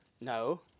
No